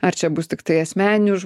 ar čia bus tiktai asmeninių